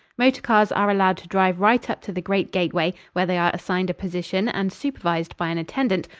motor cars are allowed to drive right up to the great gateway, where they are assigned a position and supervised by an attendant,